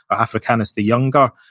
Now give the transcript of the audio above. or africanus the younger,